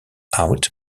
out